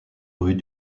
rues